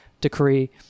decree